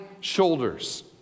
shoulders